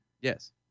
Yes